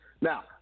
Now